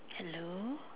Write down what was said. hello